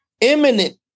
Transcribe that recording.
imminent